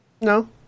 No